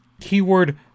keyword